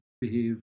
behave